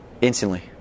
instantly